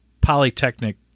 Polytechnic